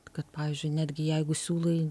kad pavyzdžiui netgi jeigu siūlai